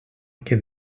que